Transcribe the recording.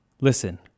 listen